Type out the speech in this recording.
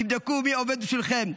תבדקו מי עובד בשבילכם.